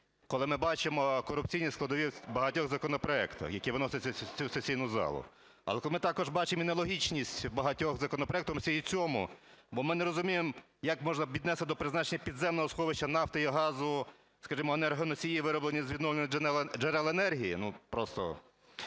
коли ми бачимо корупційні складові багатьох законопроектів, які виносяться в цю сесійну залу. Але ми також бачимо і нелогічність багатьох законопроектів, і цього, бо ми не розуміємо, як можна віднести до призначення підземного сховища нафти і газу, скажімо, енергоносії, вироблені з відновлювальних джерел енергії, ну, просто…